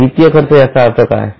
आत्ता वित्तीय खर्च याचा अर्थ काय